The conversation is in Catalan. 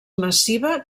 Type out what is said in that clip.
massiva